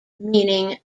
meaning